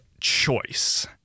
choice